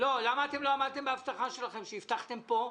למה לא עמדתם בהבטחה שלכם שהבטחתם פה,